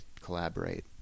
collaborate